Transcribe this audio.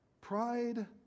Pride